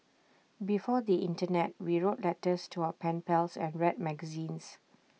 before the Internet we wrote letters to our pen pals and read magazines